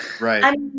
Right